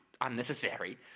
unnecessary